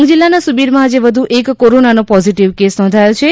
ડાંગ જીલ્લાના સુબિરમાં આજે વધુ એક કોરોનાનો પોઝીટીવ કેસ નોંધાયો છે